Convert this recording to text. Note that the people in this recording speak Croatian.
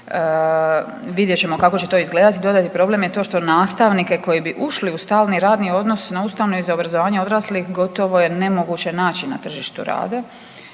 vidjet ćemo kako će to izgledati. Dodatni problem je to što nastavnike koji bi ušli u stalni radni odnos na ustanovi za obrazovanje odraslih gotovo je nemoguće naći na tržištu rada.